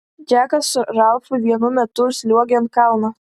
džekas su ralfu vienu metu užsliuogė ant kalno